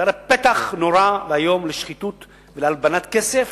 זה הרי פתח נורא ואיום לשחיתות ולהלבנת כסף